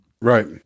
right